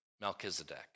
Melchizedek